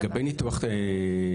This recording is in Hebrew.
לגבי ניתוח נוסף,